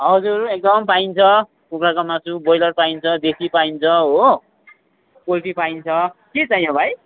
हजुर एकदम पाइन्छ कुखुराको मासु ब्रोइलर पाइन्छ देशी पाइन्छ हो पोल्ट्री पाइन्छ के चाहियो भाइ